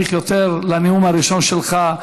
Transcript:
אם צריך, יותר, לנאום הראשון שלך.